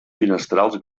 finestrals